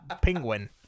penguin